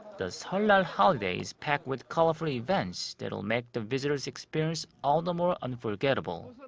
the seollal holiday is packed with colorful events. that will make the visitor's experience all the more unforgettable.